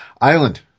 Island